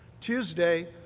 Tuesday